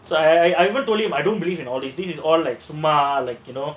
so I I even told him I don't believe in all these this is all like சும்மா:summa like you know